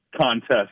contest